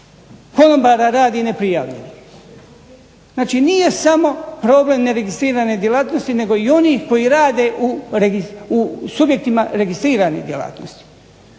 konobara radi neprijavljenih. Znači, nije samo problem neregistrirane djelatnosti nego i onih koji rade u subjektima registriranih djelatnosti.